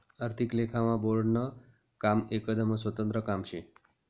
आर्थिक लेखामा बोर्डनं काम एकदम स्वतंत्र काम शे